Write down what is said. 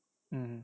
mm